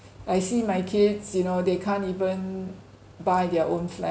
I see my kids you know they can't even buy their own flat